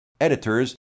editors